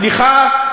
סליחה.